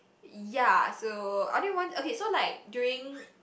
ya so I only want okay so like during